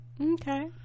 Okay